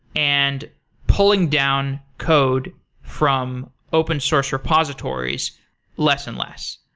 and pulling down code from open source repositories less and less,